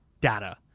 data